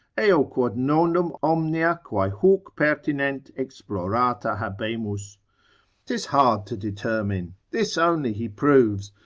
eo quod nondum omnia quae huc pertinent explorata habemus tis hard to determine this only he proves,